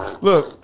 Look